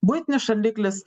buitinis šaldiklis